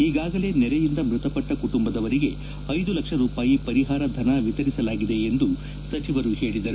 ಈಗಾಗಲೇ ನೆರೆಯಿಂದ ಮೃತಪಟ್ಟ ಕುಟುಂಬದವರಿಗೆ ಐದು ಲಕ್ಷ ರೂಪಾಯಿ ಪರಿಹಾರ ಧನ ವಿತರಿಸಲಾಗಿದೆ ಎಂದು ಸಚಿವರು ಹೇಳಿದರು